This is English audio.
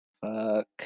Fuck